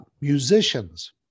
musicians